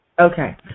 Okay